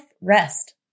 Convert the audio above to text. rest